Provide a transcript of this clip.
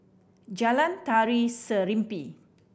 Jalan Tari Serimpi